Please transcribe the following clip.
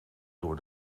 door